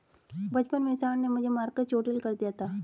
बचपन में सांड ने मुझे मारकर चोटील कर दिया था